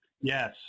Yes